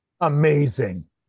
Amazing